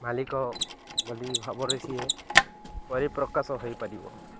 ମାଲିକ ବୋଲି ଭାବରେ ସିଏ ପରିପ୍ରକାଶ ହୋଇପାରିବ